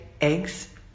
eggs